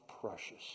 precious